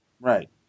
Right